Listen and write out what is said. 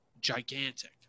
gigantic